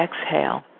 exhale